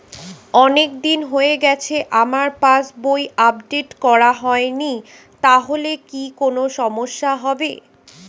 অনেকদিন হয়ে গেছে আমার পাস বই আপডেট করা হয়নি তাহলে কি কোন সমস্যা হবে?